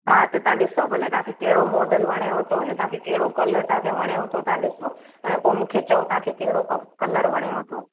हा त तव्हां ॾिसो भले तव्हांखे कहिड़ो मॉडल वणेव थो ना तव्हांखे कहिड़ो कलर तव्हांखे वणेव थो तव्हां ॾिसो ऐं पोइ मूंखे चओ तव्हांखे कहिड़ो क कलर वणेव थो